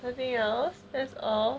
something else that's all